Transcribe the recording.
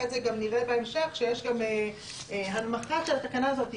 אחרי זה גם נראה בהמשך שיש גם הנמכה של התקנה הזאת.